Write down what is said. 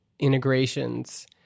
integrations